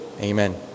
Amen